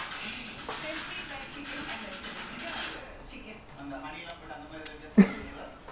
harry இந்த:intha hastag legit some is like you know spider man the black colour suit போட்டுருப்பான்ல:potturuppaanla the spider man three